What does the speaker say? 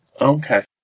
Okay